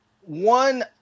One